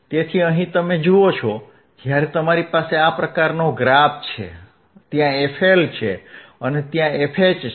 તેથી અહીં તમે જુઓ છો જ્યારે તમારી પાસે આ પ્રકારનો ગ્રાફ છે ત્યાં fL છે અને ત્યાં fH છે